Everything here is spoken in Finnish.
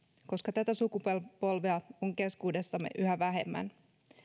koska tätä sukupolvea on keskuudessamme yhä vähemmän